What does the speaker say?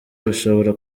bushobora